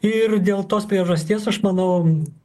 ir dėl tos priežasties aš manau